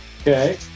Okay